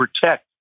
protect